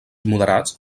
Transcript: moderats